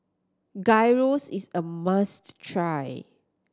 Gyros is a must try